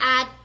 add